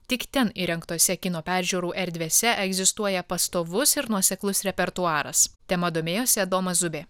tik ten įrengtose kino peržiūrų erdvėse egzistuoja pastovus ir nuoseklus repertuaras tema domėjosi adomas zubė